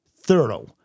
thorough